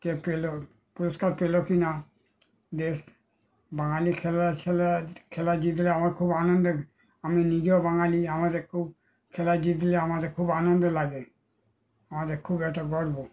কে পেল পুরস্কার পেল কি না দেশ বাঙালি খেলা খেলা খেলা জিতলে আমার খুব আনন্দ আমি নিজেও বাঙালি আমাদের খুব খেলায় জিতলে আমাদের খুব আনন্দ লাগে আমাদের খুব একটা গর্ব